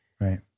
Right